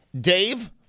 Dave